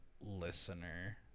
listener